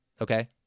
Okay